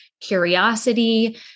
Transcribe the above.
curiosity